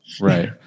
Right